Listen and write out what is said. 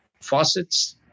faucets